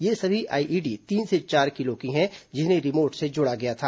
ये सभी आईईडी तीन से चार किलो की हैं जिन्हें रिमोट से जोड़ा गया था